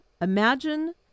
imagine